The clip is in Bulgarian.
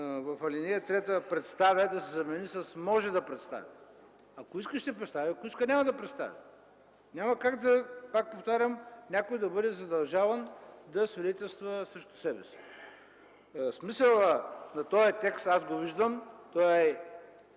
в ал. 3 думата „представя” да се замени с думите „може да представи”. Ако иска – ще представи, ако иска – няма да представи. Няма как, пак повтарям, някой да бъде задължаван да свидетелства срещу себе си. Смисълът на този текст аз го виждам – този